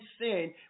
sin